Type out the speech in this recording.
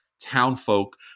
townfolk